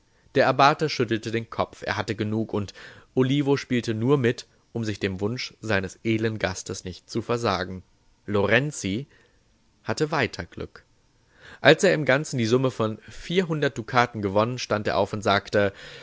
der abbate schüttelte den kopf er hatte genug und olivo spielte nur mit um sich dem wunsch seines edlen gastes nicht zu versagen lorenzi hatte weiter glück als er im ganzen die summe von vierhundert dukaten gewonnen stand er auf und sagte